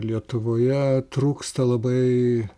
lietuvoje trūksta labai